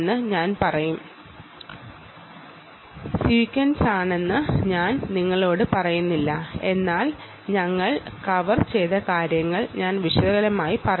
ഇത് സീക്വൻസാണെന്ന് ഞാൻ നിങ്ങളോട് പറയുന്നില്ല എന്നാൽ ഞങ്ങൾ കവർ ചെയ്ത കാര്യങ്ങൾ ഞാൻ വിശാലമായി പറയുന്നു